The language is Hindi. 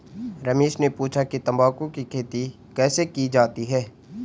रमेश ने पूछा कि तंबाकू की खेती कैसे की जाती है?